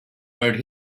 urged